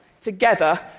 together